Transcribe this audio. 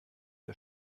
der